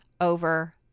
over